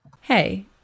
Hey